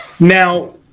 Now